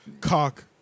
Cock